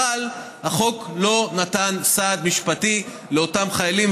אבל החוק לא נתן סעד משפטי לאותם חיילים,